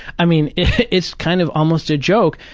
i mean, it's kind of almost a joke.